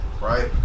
right